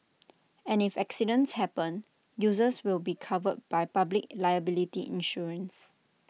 and if accidents happen users will be covered by public liability insurance